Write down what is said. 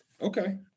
Okay